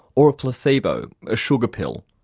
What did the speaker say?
or a placebo, a sugar pill.